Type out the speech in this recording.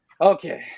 okay